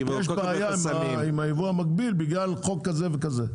שיש בעיה עם הייבוא המקביל בגלל חוק כזה וכזה.